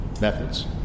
methods